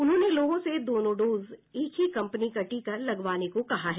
उन्होंने लोगों से दोनों डोज में एक ही कंपनी का टीका लगवाने को कहा है